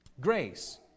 grace